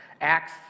Acts